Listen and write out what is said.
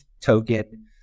token